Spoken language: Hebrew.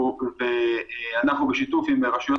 אנחנו בשיתוף עם רשויות